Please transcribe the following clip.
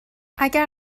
اگر